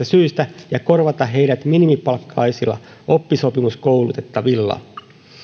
syistä ja korvata heidät minimipalkkaisilla oppisopimuskoulutettavilla